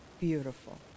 beautiful